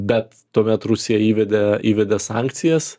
bet tuomet rusija įvedė įvedė sankcijas